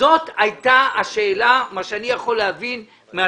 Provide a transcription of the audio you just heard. זאת הייתה השאלה כפי שאני יכול להבין כאשר